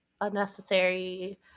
unnecessary